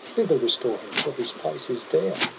thither restore him, for his place is there!